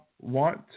want